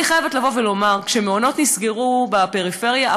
אני חייבת לבוא ולומר שכשמעונות נסגרו בפריפריה,